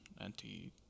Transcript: Anti